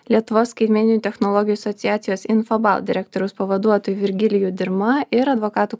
lietuvos skaitmeninių technologijų asociacijos infobalt direktoriaus pavaduotoju virgiliju dirma ir advokatų